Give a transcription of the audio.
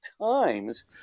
times